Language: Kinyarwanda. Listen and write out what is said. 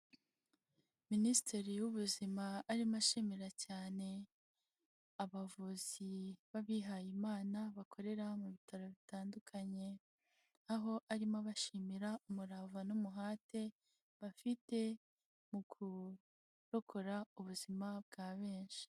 Minisitiri w'ubuzima arimo ashimira cyane abavuzi b'abihayimana bakorera mu bitaro bitandukanye, aho arimo abashimira umurava n'umuhate bafite mu kurokora ubuzima bwa benshi.